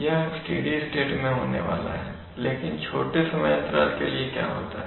यह steady state में होने वाला है लेकिन छोटे समय अंतराल के लिए क्या होता है